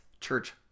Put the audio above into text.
church